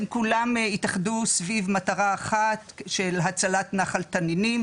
כולם התאחדו סביב מטרה אחת של הצלת נחל תנינים,